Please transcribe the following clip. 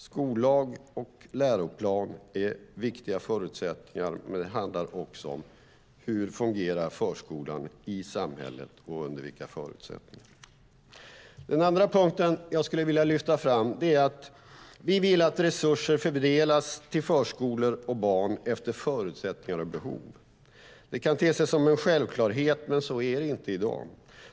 Skollag och läroplan är viktiga förutsättningar, men det handlar också om hur förskolan fungerar i samhället och under vilka förutsättningar. Den andra punkten jag skulle vilja lyfta fram är att vi vill att resurser fördelas till förskolor och barn efter förutsättningar och behov. Det kan te sig som en självklarhet, men så är det inte i dag.